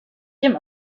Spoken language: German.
dem